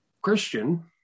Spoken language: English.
Christian